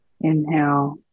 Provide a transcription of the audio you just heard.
inhale